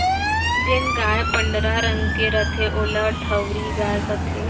जेन गाय पंडरा रंग के रथे ओला धंवरी गाय कथें